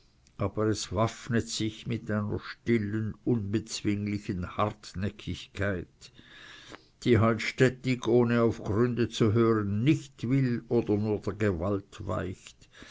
aber es waffnet sich mit einer stillen unbezwinglichen hartnäckigkeit die halt stettig ohne auf gründe zu hören nicht will oder nur der gewalt weicht